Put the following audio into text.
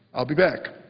i'll be back.